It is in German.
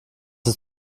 ist